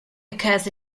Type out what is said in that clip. occurs